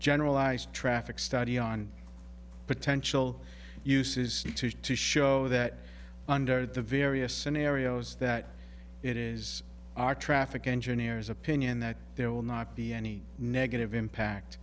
generalized traffic study on potential uses to show that under the various scenarios that it is our traffic engineers opinion that there will not be any negative impact